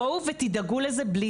בואו ותדאגו לזה בלי.